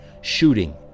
shooting